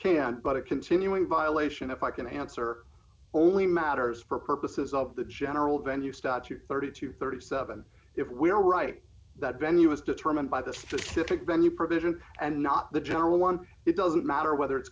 can't but a continuing violation if i can answer only matters for purposes of the general venue statute thirty to thirty seven if we are right that venue is determined by the specific venue provision and not the general one it doesn't matter whether it's